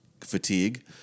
fatigue